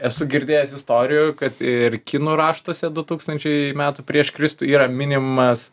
esu girdėjęs istorijų kad ir kinų raštuose du tūkstančiai metų prieš kristų yra minimas